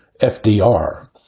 FDR